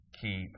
Keep